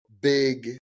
big